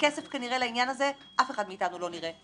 כסף לעניין הזה כנראה שאף אחד מאתנו לא יראה,